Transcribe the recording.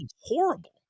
horrible